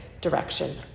direction